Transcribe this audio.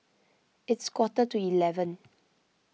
its quarter to eleven